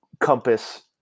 compass